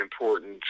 important